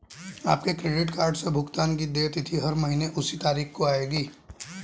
आपके credit card से भुगतान की देय तिथि हर महीने उसी तारीख को आएगी